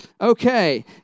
Okay